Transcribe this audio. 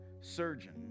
surgeon